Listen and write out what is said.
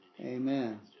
Amen